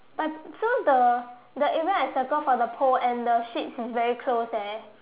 but so the the area I circle for the pole and the sheeps is very close eh